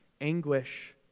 anguish